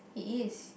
he is